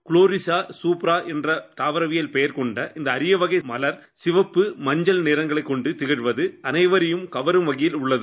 குளோரிஸா ஸீப்ரா என்ற தூவிரவியல் பெயர் கொண்ட இந்த அரிய வகை மலர் சிவப்பு மஞ்சள் நிறங்களை கொண்டு திகழ்வது அனைவரையும் கவரும் வகையில் உள்ளது